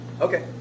Okay